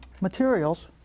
materials